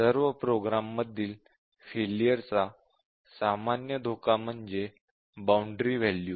सर्व प्रोग्राम्समधील फेलियरचा सामान्य धोका म्हणजे बॉउंडरी वॅल्यूज